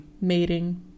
Mating